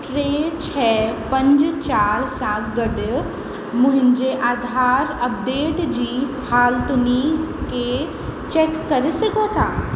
टे छह पंज चारि सां गॾु मुंहिंजे आधार अपडेट जी हालतुनि के चैक करे सघो था